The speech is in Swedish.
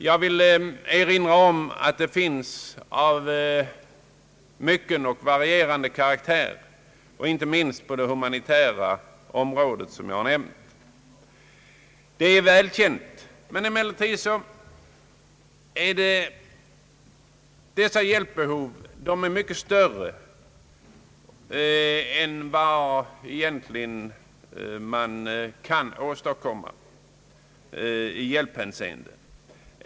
Jag vill bara erinra om att det förekommer hjälpverksamhet av varierande karaktär, inte minst på det humanitära området. Det är väl känt. Emellertid är dessa hjälpbehov mycket större än den hjälp man kan åstadkomma.